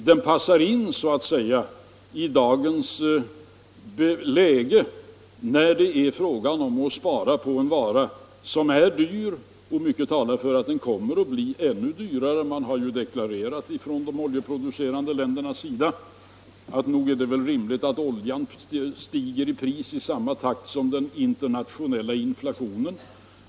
Den passar så att säga in i dagens läge när det är fråga om att spara på en vara som är dyr, och mycket talar för att den kommer att bli ännu dyrare. Man har ju deklarerat från de oljeproducerande ländernas sida att det är rimligt att oljan stiger i pris i samma takt som den internationella inflationen.